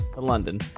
London